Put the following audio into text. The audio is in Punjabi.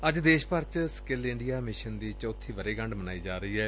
ਅੱਜ ਦੇਸ਼ ਭਰ ਚ ਸਕਿੱਲ ਇੰਡੀਆ ਮਿਸ਼ਨ ਦੀ ਚੌਥੀ ਵਰ੍੍ਹੇਗੰਢ ਮਨਾਈ ਜਾ ਰਹੀ ਏ